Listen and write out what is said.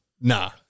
Nah